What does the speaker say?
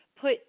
put